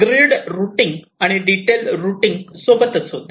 grid routing आणि detail routing सोबत होते